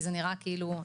כי זה נראה כאילו,